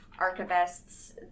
archivists